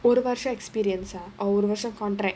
ஒரு வருஷ:oru varusha experience ah our initial contract